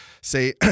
say—